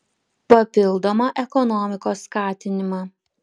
papildomą ekonomikos skatinimą